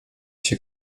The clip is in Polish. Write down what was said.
się